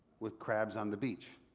with crabs on the beach.